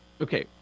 Okay